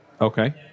Okay